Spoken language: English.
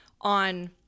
on